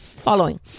following